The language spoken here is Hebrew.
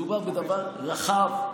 מדובר בדבר רחב,